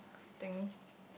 thing